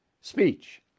speech